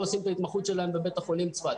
עושים את ההתמחות שלהם בבית החולים בצפת.